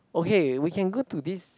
okay we can go to this